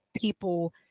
people